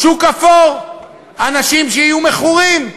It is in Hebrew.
שוק אפור, אנשים שיהיו מכורים,